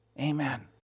amen